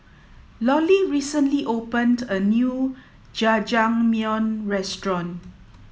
Lollie recently opened a new Jajangmyeon Restaurant